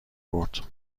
برد